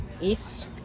East